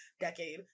decade